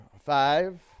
Five